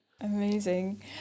amazing